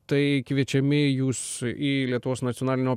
tai kviečiami jūs į lietuvos nacionalinio